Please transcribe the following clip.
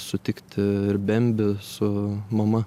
sutikti ir bembį su mama